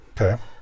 Okay